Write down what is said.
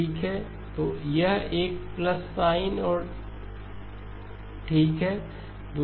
ठीक है तो यह एक प्लस साइन है और ठीक है